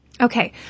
Okay